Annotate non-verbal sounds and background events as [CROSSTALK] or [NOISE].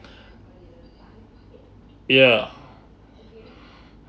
ya [BREATH]